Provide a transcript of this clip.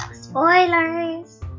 Spoilers